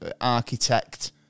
architect